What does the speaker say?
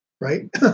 right